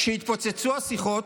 כשהתפוצצו השיחות,